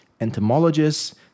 entomologists